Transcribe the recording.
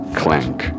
clank